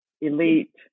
elite